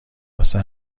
واسه